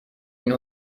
این